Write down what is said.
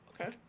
Okay